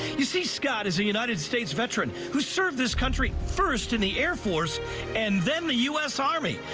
you see, scott is a united states veteran who served his country first in the air force and then the u s. army.